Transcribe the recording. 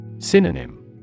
Synonym